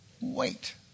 wait